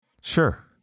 Sure